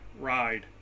ride